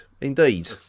Indeed